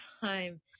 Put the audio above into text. time